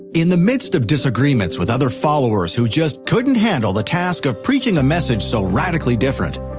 in the midst of disagreements with other followers who just couldn't handle the task of preaching a message so radically different,